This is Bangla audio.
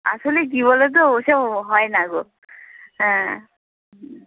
আসলে কী বলোতো ওসব হয় না গো হ্যাঁ হুম